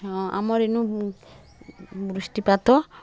ହଁ ଆମର୍ ଏନୁ ଭଲ୍ ବୃଷ୍ଟିପାତ